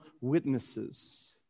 witnesses